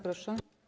Proszę.